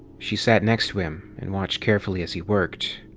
she sat next to him and watched carefully as he worked.